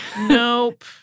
Nope